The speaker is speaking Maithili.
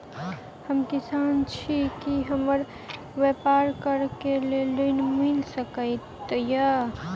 हम किसान छी की हमरा ब्यपार करऽ केँ लेल ऋण मिल सकैत ये?